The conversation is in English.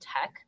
tech